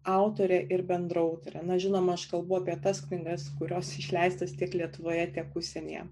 autorė ir bendrautorė na žinoma aš kalbu apie tas knygas kurios išleistos tiek lietuvoje tiek užsienyje